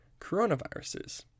coronaviruses